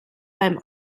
beim